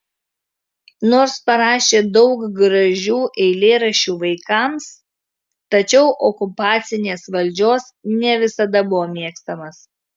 nors parašė daug gražių eilėraščių vaikams tačiau okupacinės valdžios ne visada buvo mėgstamas